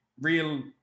real